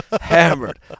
Hammered